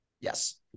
Yes